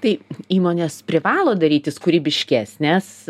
tai įmonės privalo darytis kūrybiškesnės